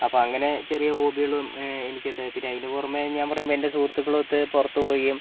അപ്പോൾ അങ്ങനെ ചെറിയ ഹോബികളും എനിക്കുണ്ട് പിന്നെ അതിനുപുറമേ ഞാൻ പറയുമ്പോൾ എന്റെ സുഹൃത്തുക്കളുമൊത്ത് പുറത്തു പോവുകയും